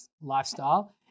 lifestyle